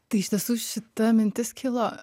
tai iš tiesų šita mintis kilo